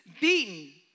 beaten